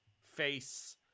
face